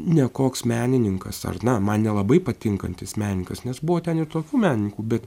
ne koks menininkas ar na man nelabai patinkantis menininkas nes buvo ten ir tokių menininkų bet